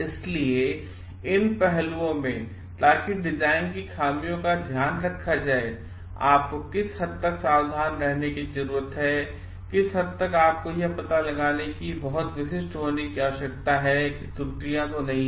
इसलिए इन पहलुओं में ताकि डिजाइन की खामियों का ध्यान रखा जाए आपको किस हद तक सावधान रहने की जरूरत है किस हद तक आपको यह पता लगाने के लिए बहुत विशिष्ट होने की आवश्यकता है कि त्रुटियां तो नहीं हैं